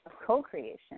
co-creation